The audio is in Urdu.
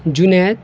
جنید